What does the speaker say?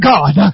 God